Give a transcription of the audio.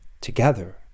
together